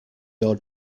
your